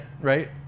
right